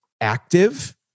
Active